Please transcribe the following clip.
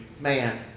man